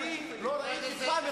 אתה אמרת,